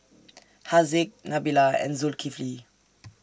Haziq Nabila and Zulkifli